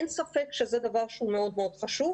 אין ספק שזה דבר שהוא מאוד חשוב,